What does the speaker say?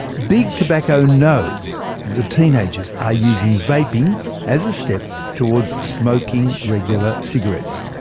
big tobacco knows the teenagers are using vaping as a step towards smoking regular cigarettes.